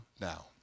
now